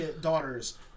daughters